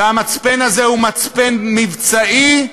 והמצפן הזה הוא מצפן מבצעי,